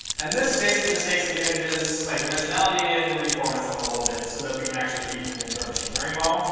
and this basically just takes the images, like dimensionality, and reformats them a little bit so that we can actually feed them into our machine learning model.